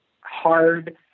hard